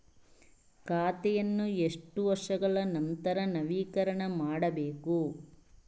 ಖಾತೆಯನ್ನು ಎಷ್ಟು ವರ್ಷಗಳ ನಂತರ ನವೀಕರಣ ಮಾಡಬೇಕು?